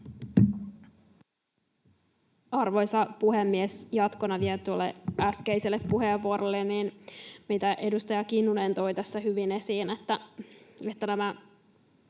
Arvoisa puhemies! Jatkona vielä tuolle äskeiselle puheenvuorolleni ja mitä edustaja Kinnunen toi tässä hyvin esiin: